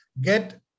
get